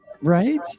Right